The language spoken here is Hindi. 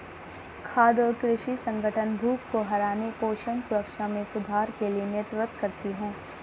खाद्य और कृषि संगठन भूख को हराने पोषण सुरक्षा में सुधार के लिए नेतृत्व करती है